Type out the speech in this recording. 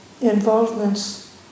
involvements